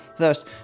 Thus